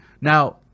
Now